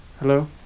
Hello